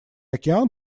океан